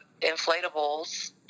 inflatables